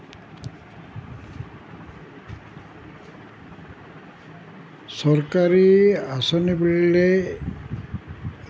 চৰকাৰী আঁচনি বুলিলে